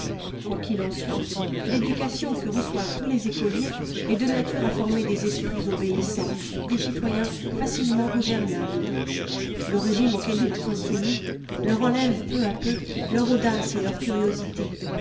qu'il en soit l'éducation que reçoivent tous les écoliers est de nature à former des esprits obéissants des citoyens facilement gouvernables le régime auquel ils sont soumis leur enlève peu à peu leur audace et leur curiosité